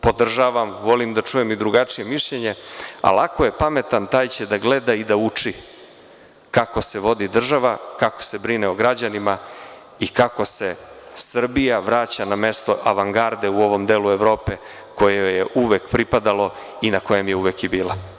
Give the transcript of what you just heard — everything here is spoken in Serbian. Podržavam, volim da čujem i drugačije mišljenje, ali ako je pametan taj će da gleda i da uči kako se vodi država, kako se brine o građanima i kako se Srbija vraća na mesto avangarde u ovom delu Evrope koje joj je uvek pripadalo i na kojem je uvek i bila.